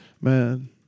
man